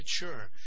mature